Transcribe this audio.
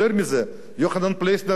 יותר מזה, יוחנן פלסנר,